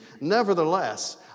Nevertheless